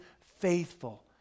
faithful